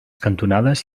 cantonades